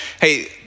hey